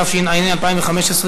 התשע"ה 2015,